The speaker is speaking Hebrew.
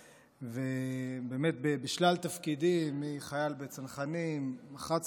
באמת, בשלל תפקידים, מחייל בצנחנים, מח"ט צנחנים.